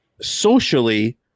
socially